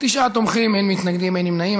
תשעה תומכים, אין מתנגדים, אין נמנעים.